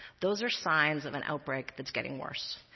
those are signs of an outbreak that's getting worse,